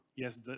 Yes